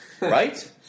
Right